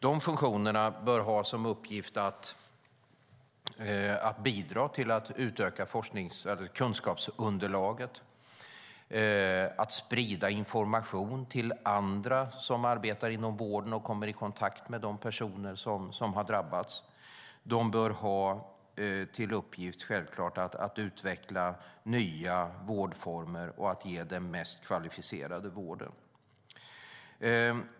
De funktionerna bör ha som uppgift att bidra till att utöka kunskapsunderlaget, att sprida information till andra som arbetar inom vården och komma i kontakt med de personer som har drabbats. De bör självklart ha till uppgift att utveckla nya vårdformer och att ge den mest kvalificerade vården.